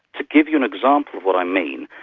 to give you an example of what i mean,